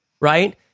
right